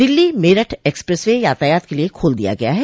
Delhi Meerut express way यातायात के लिए खोल दिया गया है